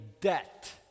debt